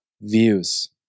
views